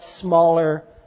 smaller